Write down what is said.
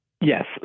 Yes